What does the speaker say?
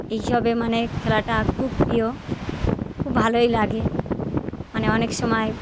এইসবে মানে খেলাটা খুব প্রিয় খুব ভালোই লাগে মানে অনেক সময়